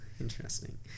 Interesting